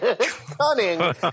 Cunning